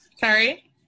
sorry